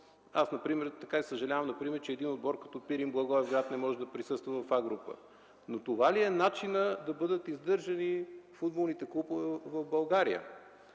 Аз например така и съжалявам, че един отбор като „Пирин” – Благоевград, не може да присъства в „А” група. Но това ли е начинът да бъдат издържани футболните клубове в България